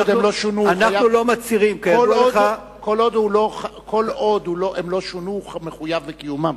נכון, אבל כל עוד הם לא שונו, הוא מחויב בקיומם.